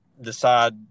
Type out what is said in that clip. decide